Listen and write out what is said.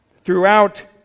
throughout